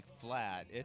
flat